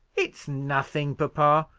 it's nothing, papa.